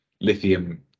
lithium